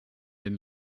den